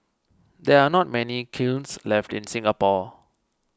there are not many kilns left in Singapore